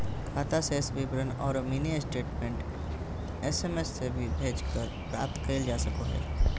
खाता शेष विवरण औरो मिनी स्टेटमेंट एस.एम.एस भी भेजकर प्राप्त कइल जा सको हइ